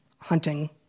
hunting